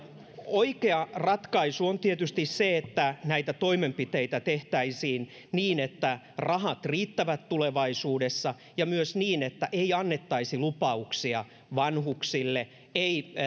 oikea ratkaisu on tietysti se että näitä toimenpiteitä tehtäisiin niin että rahat riittävät tulevaisuudessa ja myös niin että ei annettaisi lupauksia vanhuksille eikä